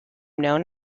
known